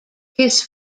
his